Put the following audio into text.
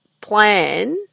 plan